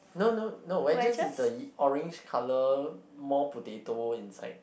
no no no is just the orange colour more potato inside